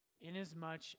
inasmuch